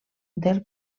del